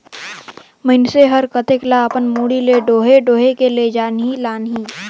मइनसे हर कतेक ल अपन मुड़ी में डोएह डोएह के लेजही लानही